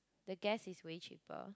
the gas is way cheaper